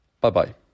Bye-bye